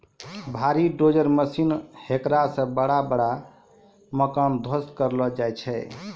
भारी dozer machine हेकरा से बड़ा बड़ा मकान ध्वस्त करलो जाय छै